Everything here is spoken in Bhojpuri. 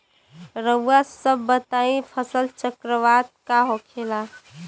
रउआ सभ बताई फसल चक्रवात का होखेला?